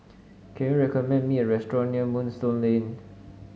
can you recommend me a restaurant near Moonstone Lane